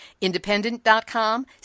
Independent.com